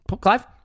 Clive